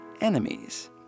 enemies